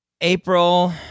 April